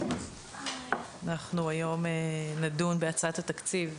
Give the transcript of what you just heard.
אנחנו נדון היום בהצעת התקציב,